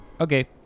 Okay